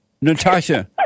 Natasha